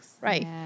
right